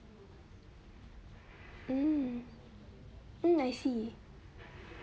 mm mm I see